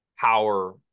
power